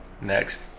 next